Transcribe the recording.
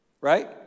Right